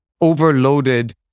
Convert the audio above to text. overloaded